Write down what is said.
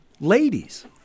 Ladies